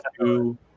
two